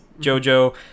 Jojo